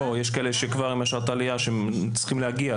יש כאלה שצריכים להגיע.